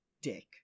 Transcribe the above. dick